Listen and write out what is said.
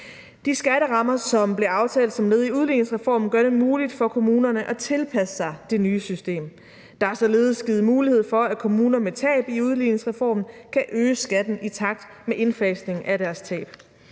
De skatterammer, som blev aftalt som led i udligningsreformen, gør det muligt for kommunerne at tilpasse sig det nye system. Der er således givet mulighed for, at kommuner med tab i udligningsreformen kan øge skatten i takt med indfasning af deres tab.